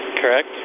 Correct